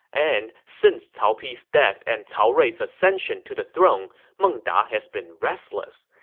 and since cao pi's death and cao rui's ascension to the throne, meng da has been restless.